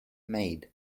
maid